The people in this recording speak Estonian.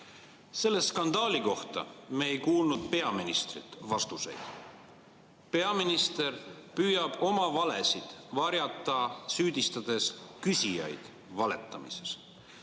Selle skandaali kohta me ei kuulnud peaministrilt vastuseid. Peaminister püüab oma valesid varjata, süüdistades küsijaid valetamises.